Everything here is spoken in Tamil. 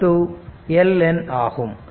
L N ஆகும்